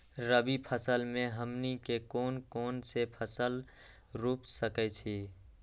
रबी फसल में हमनी के कौन कौन से फसल रूप सकैछि?